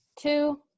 two